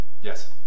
Yes